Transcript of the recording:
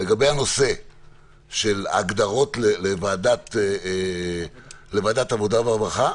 לגבי הנושא של הגדרות לוועדת העבודה והרווחה,